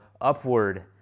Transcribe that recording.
upward